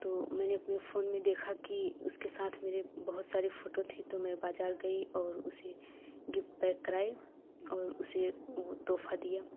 तो मैंने अपने फोन में देखा की उसके साथ मेरे बहुत सारे फोटो थी तो मैं बाजार गई और उसे गिफ्ट पैक कराई और उसे वो तौहफा दिया